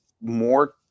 more